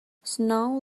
snow